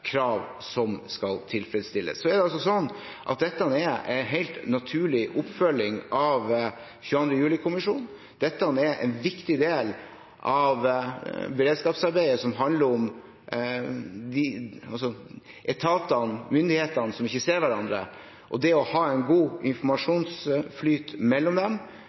krav som skal tilfredsstilles. Dette er en helt naturlig oppfølging av 22. juli-kommisjonen. Dette er en viktig del av beredskapsarbeidet som handler om etatene og myndighetene som ikke ser hverandre. Det å ha en god informasjonsflyt mellom dem